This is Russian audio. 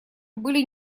были